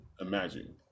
imagine